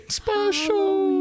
special